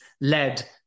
led